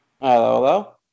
hello